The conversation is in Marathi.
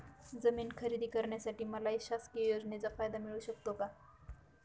जमीन खरेदी करण्यासाठी मला शासकीय योजनेचा फायदा मिळू शकतो का?